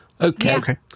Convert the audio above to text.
Okay